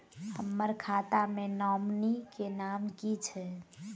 हम्मर खाता मे नॉमनी केँ नाम की छैय